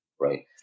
right